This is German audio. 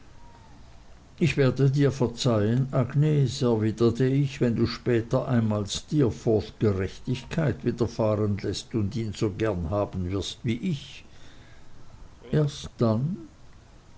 ich werde dir verzeihen agnes erwiderte ich wenn du später einmal steerforth gerechtigkeit widerfahren läßt und ihn so gern haben wirst wie ich erst dann